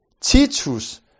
Titus